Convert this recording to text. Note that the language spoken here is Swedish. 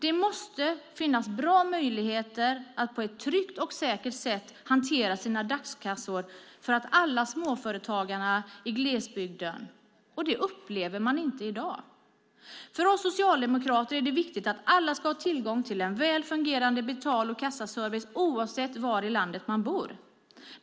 Det måste finnas bra möjligheter för alla småföretagare i glesbygden att på ett tryggt och säkert sätt kunna hantera sina dagskassor. Det upplever man inte är fallet i dag. För oss socialdemokrater är det viktigt att alla har tillgång till en väl fungerande betal och kassaservice oavsett var i landet man bor.